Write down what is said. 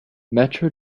metro